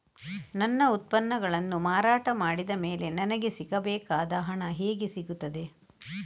ನನ್ನ ಉತ್ಪನ್ನಗಳನ್ನು ಮಾರಾಟ ಮಾಡಿದ ಮೇಲೆ ನನಗೆ ಸಿಗಬೇಕಾದ ಹಣ ಹೇಗೆ ಸಿಗುತ್ತದೆ?